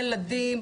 אז על ילד יהודי,